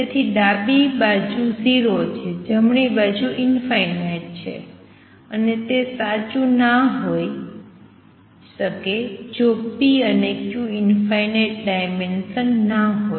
તેથી ડાબી બાજુ 0 છે જમણી બાજુ ઇંફાઇનાઇટ છે અને તે સાચું ના હોય શકે જો p અને q ઇંફાઇનાઇટ ડાયમેંસ્નલ ના હોય